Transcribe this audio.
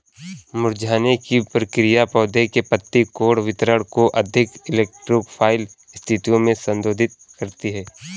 मुरझाने की प्रक्रिया पौधे के पत्ती कोण वितरण को अधिक इलेक्ट्रो फाइल स्थितियो में संशोधित करती है